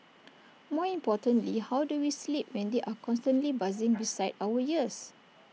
more importantly how do we sleep when they are constantly buzzing beside our ears